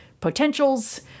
potentials